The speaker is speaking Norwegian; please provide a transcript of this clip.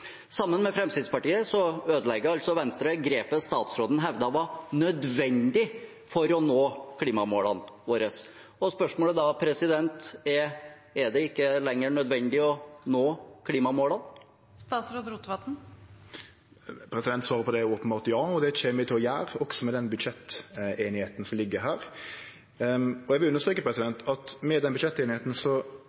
Sammen med Fremskrittspartiet ødelegger altså Venstre grepet statsråden hevdet var nødvendig for å nå klimamålene våre. Spørsmålet er da: Er det ikke lenger nødvendig å nå klimamålene? Svaret på det er openbert ja, og det kjem eg til å gjere, også med den budsjetteinigheita som ligg her. Eg vil understreke at med den